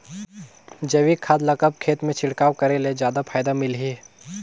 जैविक खाद ल कब खेत मे छिड़काव करे ले जादा फायदा मिलही?